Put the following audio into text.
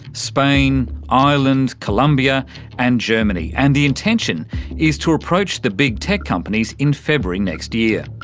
spain, ireland, colombia and germany, and the intention is to approach the big tech companies in february next year.